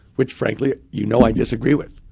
which frankly, you know i disagree with.